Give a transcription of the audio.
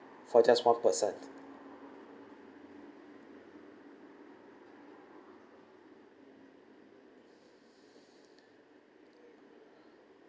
for just one person